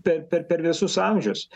per per per visus amžius